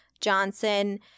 Johnson